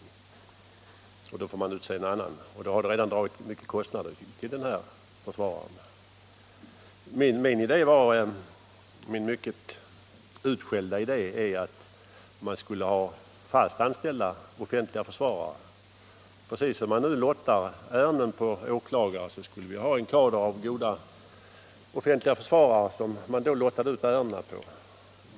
Tingsrätten fick alltså utse en annan försvarare, men då hade den förste redan dragit stora kostnader. Min mycket utskällda idé är att man skulle ha fast anställda offentliga försvarare. Precis som man nu lottar ärenden på åklagare skulle vi ha en kader av goda offentliga försvarare, som man lottade ut ärendena på.